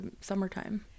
summertime